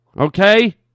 Okay